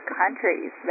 countries